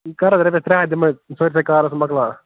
کَر حظ رۄپیس ترٛےٚ ہتھ دِمے سٲرسٕے کارس مۅکلاو